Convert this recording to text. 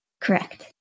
Correct